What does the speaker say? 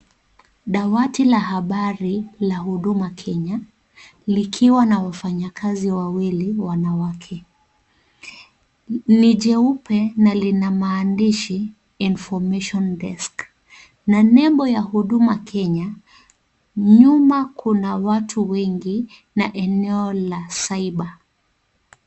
Dawati la habari la huduma Kenya likiwa na wafanyikazi wawili wanawake. Ni jeupe na lina maandishi information desk na nembo ya huduma Kenya. Nyuma kuna watu wengi na eneo la cyber .